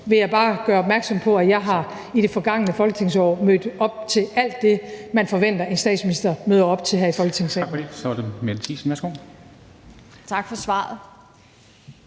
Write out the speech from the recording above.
jeg bare gøre opmærksom på, at jeg i det forgangne folketingsår har mødt op til alt det, man forventer en statsminister møder op til her i Folketingssalen. Kl.